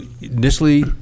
initially